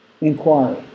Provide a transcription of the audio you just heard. inquiry